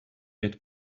get